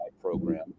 program